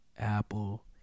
Apple